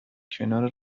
کنار